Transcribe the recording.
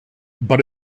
but